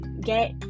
Get